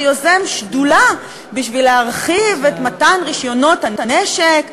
שיוזם שדולה כדי להרחיב את מתן רישיונות הנשק,